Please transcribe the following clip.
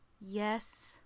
yes